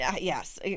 Yes